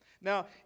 Now